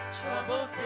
Troubles